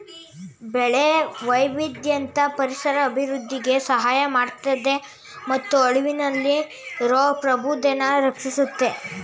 ಬೆಳೆ ವೈವಿಧ್ಯತೆ ಪರಿಸರ ಅಭಿವೃದ್ಧಿಗೆ ಸಹಾಯ ಮಾಡ್ತದೆ ಮತ್ತು ಅಳಿವಿನಲ್ಲಿರೊ ಪ್ರಭೇದನ ರಕ್ಷಿಸುತ್ತೆ